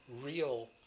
real